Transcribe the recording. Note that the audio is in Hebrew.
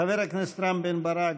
חבר הכנסת רם בן-ברק,